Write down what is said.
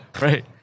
Right